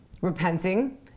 repenting